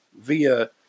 via